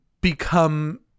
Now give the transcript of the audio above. become